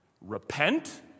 Repent